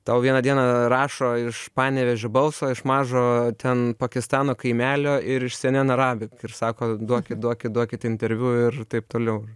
tau vieną dieną rašo iš panevėžio balso iš mažo ten pakistano kaimelio ir iš cy en en arabik ir sako duokit duokit duokit interviu ir taip toliau ir